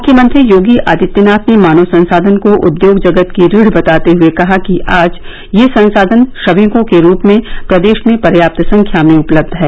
मुख्यमंत्री योगी आदित्यनाथ ने मानव संसाधन को उद्योग जगत की रीढ़ बताते हए कहा कि आज यह संसाधन श्रमिकों के रूप में प्रदेश में पर्याप्त संख्या में उपलब्ध है